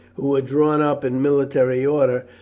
who were drawn up in military order,